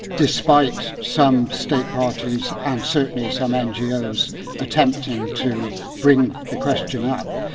despite some state parties and certainly some ngos attempting to bring the question up,